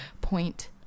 point